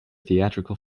theatrical